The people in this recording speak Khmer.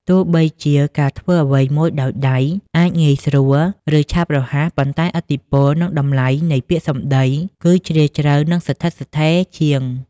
ទោះបីជាការធ្វើអ្វីមួយដោយដៃ អាចងាយស្រួល ឬឆាប់រហ័ស ប៉ុន្តែ ឥទ្ធិពល និងតម្លៃនៃពាក្យសម្ដី គឺជ្រាលជ្រៅ និងស្ថិតស្ថេរជាង។